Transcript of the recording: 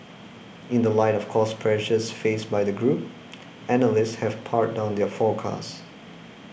in the light of cost pressures faced by the group analysts have pared down their forecasts